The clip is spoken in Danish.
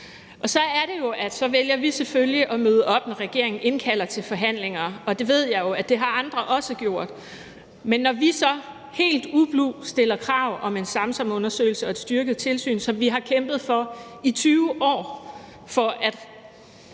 os. Så er det jo sådan, at vi selvfølgelig vælger at møde op, når regeringen indkalder til forhandlinger. Det ved jeg jo at andre også har gjort. Men når vi så helt ublu stiller krav om en Samsamundersøgelse og et styrket tilsyn, som vi har kæmpet for i 20 år – som et